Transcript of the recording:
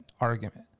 argument